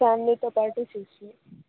ఫ్యామిలీతో పాటు చూసి